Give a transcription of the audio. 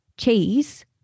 cheese